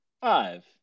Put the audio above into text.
five